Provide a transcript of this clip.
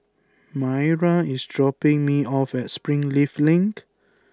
Maira is dropping me off at Springleaf Link